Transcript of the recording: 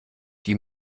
die